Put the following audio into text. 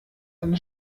eine